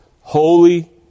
Holy